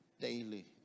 daily